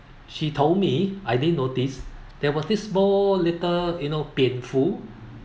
she told me I didn't notice there was this small little you know 蝙蝠